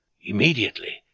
Immediately